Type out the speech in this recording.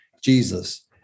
Jesus